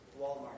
Walmart